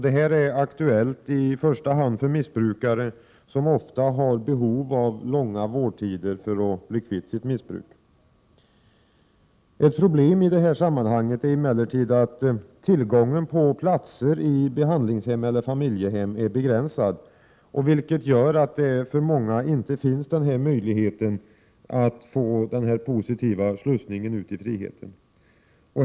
Detta är aktuellt i första hand för missbrukare, som ofta har behov av långa vårdtider för att bli kvitt sitt missbruk. Ett problem i detta sammanhang är emellertid att tillgången på platser i behandlingshem eller familjehem är begränsad, vilket gör att för många inte denna möjlighet finns till en positiv slussning ut i friheten.